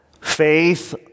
Faith